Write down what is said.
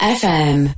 fm